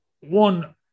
one